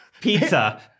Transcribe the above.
Pizza